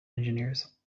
engineers